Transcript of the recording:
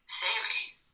series